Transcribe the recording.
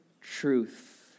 truth